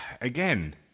again